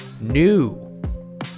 new